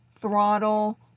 throttle